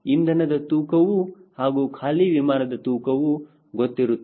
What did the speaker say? ಇಂಧನದ ತೂಕವು ಹಾಗೂ ಖಾಲಿ ವಿಮಾನದ ತೂಕವು ಗೊತ್ತಿರುತ್ತದೆ